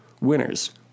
winners